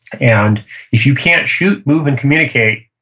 and if you can't shoot, move, and communicate,